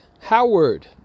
Howard